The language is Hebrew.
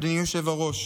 אדוני היושב-ראש,